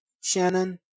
Shannon